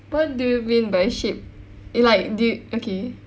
what do you mean by shape like did y~ okay